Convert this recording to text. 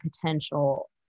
potential